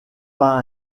pas